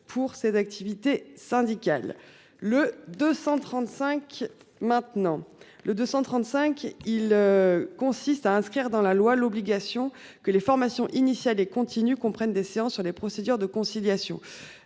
pour ses activités syndicales le 235 maintenant. Le 235 il. Consiste à inscrire dans la loi l'obligation que les formations initiales et continues comprennent des séances sur les procédures de conciliation.